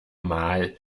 mal